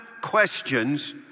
questions